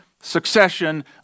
succession